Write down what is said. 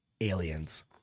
Aliens